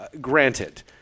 granted –